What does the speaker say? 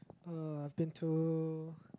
uh I've been to